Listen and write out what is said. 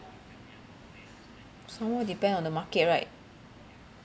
some more depend on the market right